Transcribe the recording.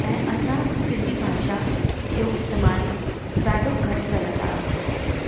ऐं असां सिंधी भाषा जो इस्तेमालु ॾाढो घटि करंदा आहियूं